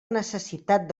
necessitat